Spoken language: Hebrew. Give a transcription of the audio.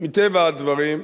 מטבע הדברים,